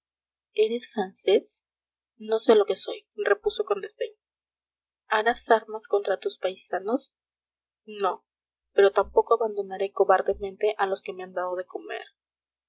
eres francés no sé lo que soy repuso con desdén harás armas contra tus paisanos no pero tampoco abandonaré cobardemente a los que me han dado de comer